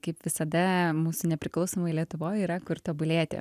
kaip visada mūsų nepriklausomoj lietuvoj yra kur tobulėti